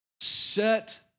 set